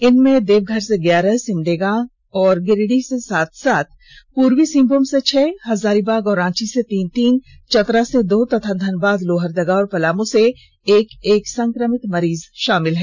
इनमें देवघर से ग्यारह सिमडेगा और गिरिडीह से सात सात पूर्वी सिंहभूम से छह हजारीबाग और रांची से तीन तीन चतरा से दो तथा धनबाद लोहरदगा और पलामू से एक एक संक्रमित मरीज शामिल हैं